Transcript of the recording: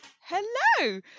Hello